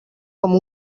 com